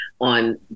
on